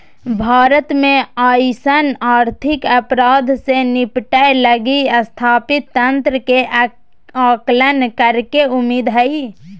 भारत में अइसन आर्थिक अपराध से निपटय लगी स्थापित तंत्र के आकलन करेके उम्मीद हइ